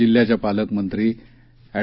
जिल्ह्याघ्या पालकमंत्री ऍड